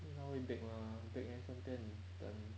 他会 bake mah bake then 顺便等